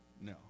No